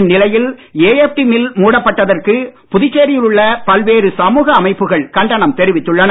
இந்நிலையில் AFT mill மூடப்பட்டதற்கு புதுச்சேரியில் உள்ள பல்வேறு சமூக அமைப்புகள் கண்டனம் தெரிவித்துள்ளன